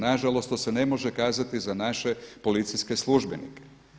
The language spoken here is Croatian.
Nažalost to se ne može kazati za naše policijske službenike.